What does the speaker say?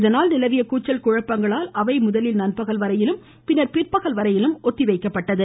இதனால் நிலவிய கூச்சல் குழப்பங்களால் அவை முதல் நண்பகல் வரையிலும் பின்னர் பிற்பகல் வரையிலும் ஒத்திவைக்கப்பட்டன